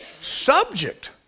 subject